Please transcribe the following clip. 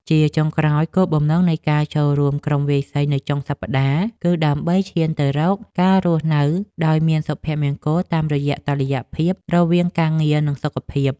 ជាចុងក្រោយ គោលបំណងនៃការចូលរួមក្រុមវាយសីនៅចុងសប្តាហ៍ គឺដើម្បីឈានទៅរកការរស់នៅដោយមានសុភមង្គលតាមរយៈតុល្យភាពរវាងការងារ និងសុខភាព។